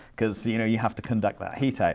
because you know, you have to conduct that heat out.